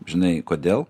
žinai kodėl